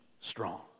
strong